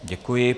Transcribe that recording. Děkuji.